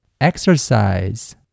exercise